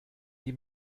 die